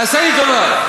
תעשה לי טובה.